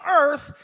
earth